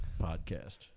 podcast